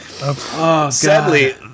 Sadly